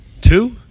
Two